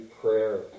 prayer